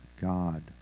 God